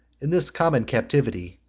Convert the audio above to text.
in this common captivity,